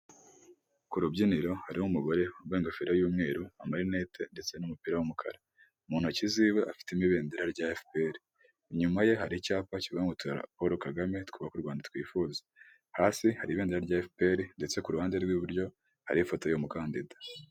Ku rubyiniro hariho umugore wambaye ingofero y'umweru, amarinete ndetse n'umupira w'umukara mu ntoki ziwe afitemo ibendera rya efuperi, inyuma ye hari icyapa kivuga ngo tora Paul Kagame twubaka u Rwanda twifuza, hasi hari ibendera rya efuperi ndetse ku ruhande rw'iburyo hari ifoto y'umukandida.